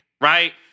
right